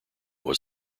was